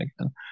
again